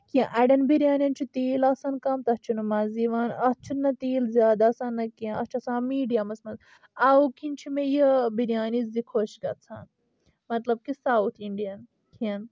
کینٛہہ اڑٮ۪ن بریانین چھُ تیٖل آسان کم تتھ چھُنہٕ مزٕ یِوان اتھ چھُنہٕ تیٖل زیادٕ آسان نہٕ کینٛہہ اتھ چھُ آسان میٖڈیمس منٛز او کِنۍ چھُ مےٚ یہِ بریانی زِ خۄش گژھان مطلب کہِ ساوتھ انڈین کھین